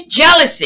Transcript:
jealousy